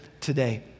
today